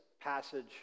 passage